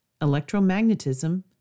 electromagnetism